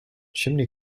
chimney